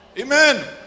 Amen